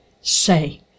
say